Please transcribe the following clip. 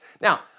Now